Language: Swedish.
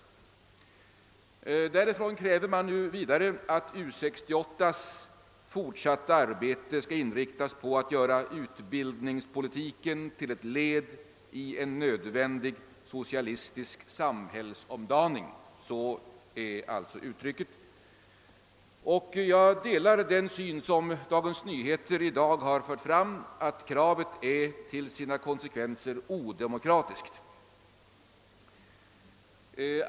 Studentförbundet kräver vidare att U 68:s fortsatta arbete skall inriktas på att »göra utbildningspolitiken till ett led i en nödvändig socialistisk samhällsomdaning». Jag delar den syn som Dagens Nyheter i dag ger uttryck för, nämligen att detta krav är till sina konsekvenser odemokratiskt.